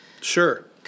sure